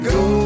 go